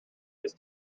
his